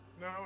No